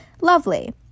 lovely